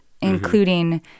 including